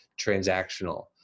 transactional